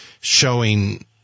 showing